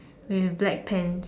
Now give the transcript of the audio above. with black pant